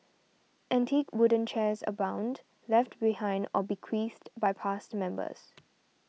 antique wooden chairs abound left behind or bequeathed by past members